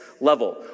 level